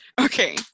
Okay